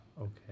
Okay